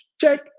check